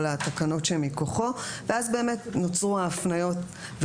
התקנות שמכוחו ואז בעצם נוצרו ההפניות,